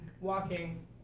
walking